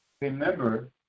Remember